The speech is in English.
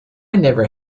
never